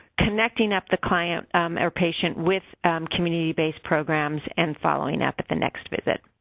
connecting up the client or patient with community-based programs, and following up at the next visit.